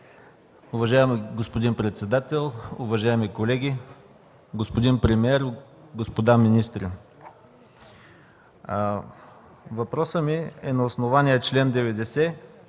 Уважаеми господин председател, уважаеми колеги, господин премиер, господа министри! Въпросът ми е на основание чл. 90, т.